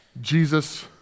Jesus